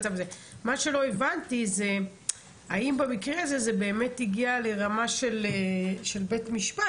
מה שלא הבנתי זה האם במקרה הזה זה באמת הגיע לרמה של בית משפט?